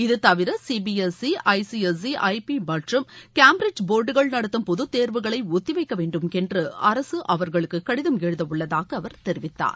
இது தவிர CBSE ICSE IB மற்றும் கேம்பிரிட்ச் போர்டுகள் நடத்தும் பொது தேர்வுகளை ஒத்திவைக்க வேண்டுமென்று அரசு அவர்களுக்கு கடிதம் எழுதவுள்ளதாக அவர் தெரிவித்தார்